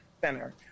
center